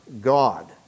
God